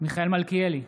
מיכאל מלכיאלי,